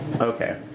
Okay